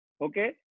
Okay